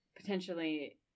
Potentially